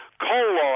colon